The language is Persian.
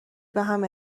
بهم